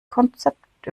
konzept